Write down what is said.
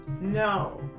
No